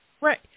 Right